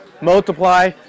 multiply